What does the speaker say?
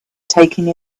taking